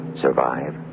survive